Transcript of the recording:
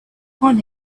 upon